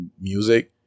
music